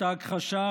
ההכחשה,